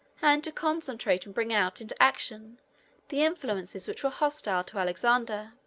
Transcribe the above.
and to concentrate and bring out into action the influences which were hostile to alexander.